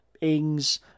Ings